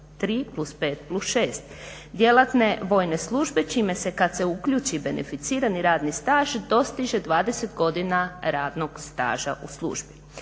dakle 3+5+6, djelatne vojne službe čime se kad se uključi beneficirani radni staž dostiže 20 godina radnog staža u službi.